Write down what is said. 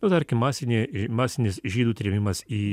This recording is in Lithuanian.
nu tarkim masinė masinis žydų trėmimas į